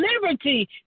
liberty